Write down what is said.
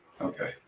Okay